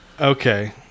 Okay